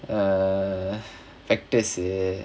err factors